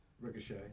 Ricochet